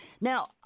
Now